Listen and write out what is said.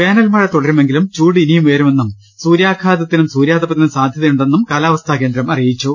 വേനൽമഴ തുടരുമെ ങ്കിലും ചൂട് ഇനിയും ഉയരുമെന്നും സൂര്യാഘാതത്തിനും സൂര്യാതപ ത്തിനും സാധ്യതയുണ്ടെന്നും കാലാവസ്ഥാ കേന്ദ്രം അറിയിച്ചു